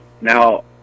now